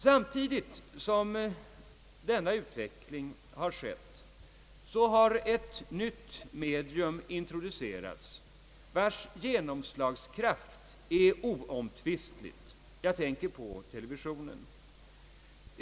Samtidigt som denna utveckling har skett har ett nytt medium introducerats vars genomslagskraft är oomtvistlig. Jag tänker på televisionen.